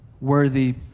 worthy